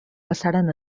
passaren